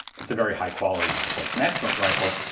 it's a very high-quality rifle. it's an excellent rifle.